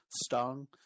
stung